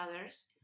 others